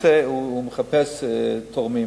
הוא מחפש תורמים.